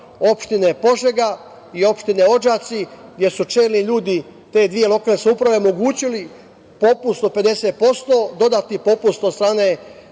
opštine Požega i opštine Odžaci, jer su čelni ljudi te dve lokalne samouprave omogućili popust od 50%, dodatni popust od strane